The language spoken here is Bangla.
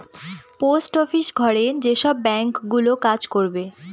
পোস্ট অফিস ঘরে যেসব ব্যাঙ্ক গুলো কাজ করবে